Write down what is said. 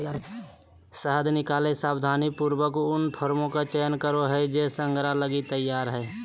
शहद निकलैय सावधानीपूर्वक उन फ्रेमों का चयन करो हइ जे संग्रह लगी तैयार हइ